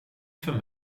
för